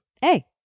Hey